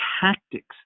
tactics